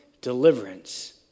deliverance